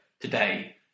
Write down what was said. today